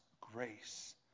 grace